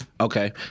okay